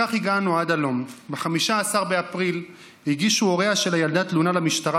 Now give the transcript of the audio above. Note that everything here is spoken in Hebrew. כך הגענו עד הלום: ב-15 באפריל הגישו הוריה של הילדה תלונה במשטרה,